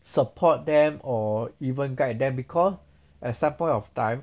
support them or even guide them because at some point of time